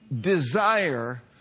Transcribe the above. desire